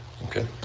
Okay